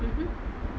mmhmm